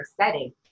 setting